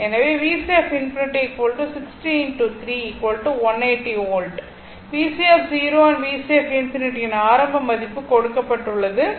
எனவே VC∞ 60 x 3 180 volt VC and VC∞ யின் ஆரம்ப மதிப்பு கொடுக்கப்பட்டுள்ளது